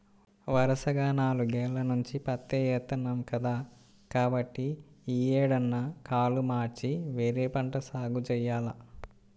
వరసగా నాలుగేల్ల నుంచి పత్తే ఏత్తన్నాం కదా, కాబట్టి యీ ఏడన్నా కాలు మార్చి వేరే పంట సాగు జెయ్యాల